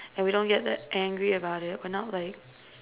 and we don't get that angry about it we are not like